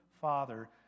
father